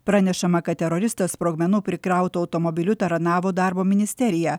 pranešama kad teroristas sprogmenų prikrautu automobiliu taranavo darbo ministeriją